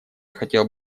хотел